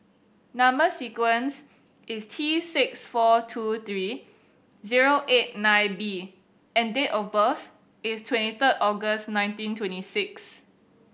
number sequence is T six four two three zero eight nine B and date of birth is twenty third August nineteen twenty six